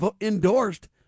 endorsed